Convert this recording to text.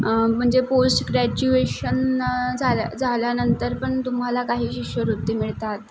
म्हणजे post graduation झाल्या झाल्यानंतर पण तुम्हाला काही शिष्यवृत्ती मिळतात